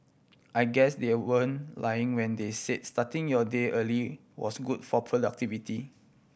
I guess they weren't lying when they say starting your day early was good for productivity